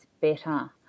better